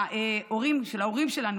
ההורים של ההורים שלנו,